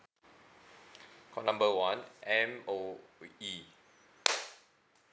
call number one M_O_E